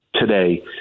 today